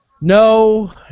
no